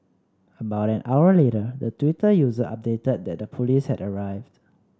about an hour later the Twitter user updated that the police had arrived